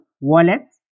wallets